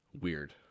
Weird